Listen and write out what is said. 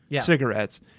cigarettes